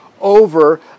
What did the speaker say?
over